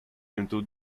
into